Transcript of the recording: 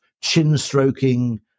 chin-stroking